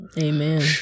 Amen